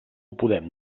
podem